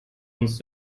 uns